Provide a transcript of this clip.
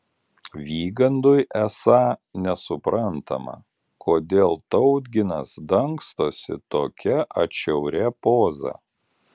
vygandui esą nesuprantama kodėl tautginas dangstosi tokia atšiauria poza